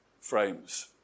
frames